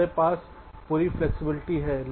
हमारे पास पूरी फ्लैक्सिबिलिटी है